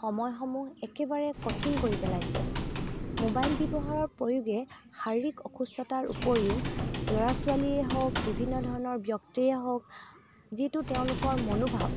সময়সমূহ একেবাৰে কঠিন কৰি পেলাইছে মোবাইল ব্যৱহাৰৰ পৰিৱেশ শাৰীৰিক অসুস্থতাৰ উপৰিও ল'ৰা ছোৱালীয়েই হওক বিভিন্ন ধৰণৰ ব্যক্তিয়েই হওক যিটো তেওঁলোকৰ মনোভাৱ